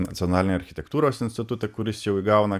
nacionalinį architektūros institutą kuris jau įgauna